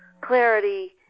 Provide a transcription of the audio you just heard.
clarity